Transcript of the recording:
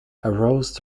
arose